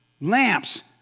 Lamps